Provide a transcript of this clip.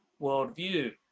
worldview